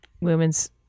women's